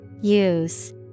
Use